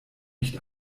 nicht